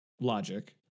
logic